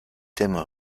thèmes